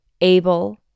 able